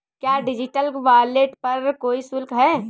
क्या digital wallet पर कोई शुल्क है?